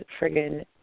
friggin